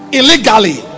illegally